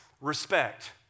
respect